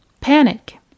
Panic